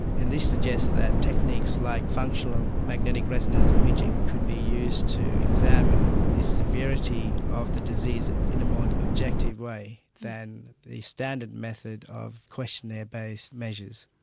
and this suggests that techniques like functional magnetic resonance imaging could be used to examine the severity of the disease in a more objective way than the standard method of questionnaire based measures.